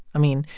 i mean,